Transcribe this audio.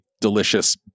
delicious